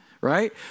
Right